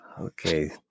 Okay